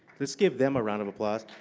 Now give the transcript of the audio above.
let's give them a round of applause.